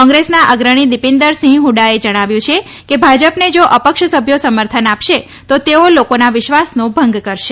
કોંગ્રેસના અગ્રણી દિપીન્દરસિંહ હુડાએ જણાવ્યું છે કે ભાજપને જો અપક્ષ સભ્યો સમર્થન આપશે તો તેઓ લોકોના વિશ્વાસનો ભંગ કરશે